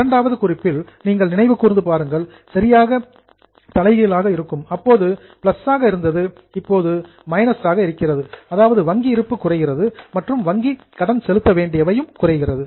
இரண்டாவது குறிப்பில் நீங்கள் நினைவு கூர்ந்து பாருங்கள் சரியாக ரிவர்ஸ்சிங் தலைகீழாக இருக்கும் அப்போது பிளஸ் ஆக இருந்தது இப்போது மைனஸ் ஆக இருக்கிறது அதாவது வங்கி இருப்பு குறைகிறது மற்றும் வங்கி கடன் செலுத்த வேண்டியவை குறைகிறது